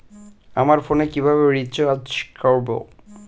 আমার ফোনে কিভাবে রিচার্জ করবো?